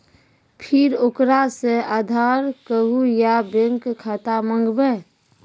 फिर ओकरा से आधार कद्दू या बैंक खाता माँगबै?